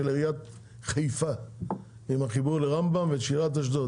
עיריית חיפה עם החיבור לרמב"ם ושירת אשדוד.